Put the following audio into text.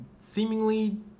seemingly